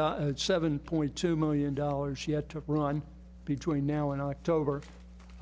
dollars and seven point two million dollars she had to run between now and october